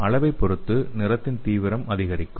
அளவைப் பொறுத்து நிறத்தின் தீவிரம் அதிகரிக்கும்